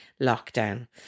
lockdown